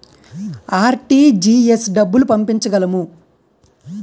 RTGS డబ్బులు పంపించగలము?